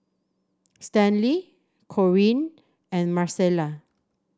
Stanley Corinne and Marcela